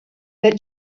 that